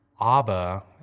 Abba